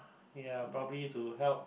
ya probably to help